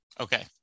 okay